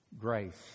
Grace